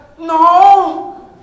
No